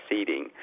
seeding